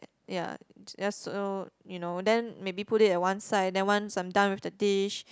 ya just so you know then maybe put it at one side then once I'm done with the dish